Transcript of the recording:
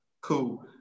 cool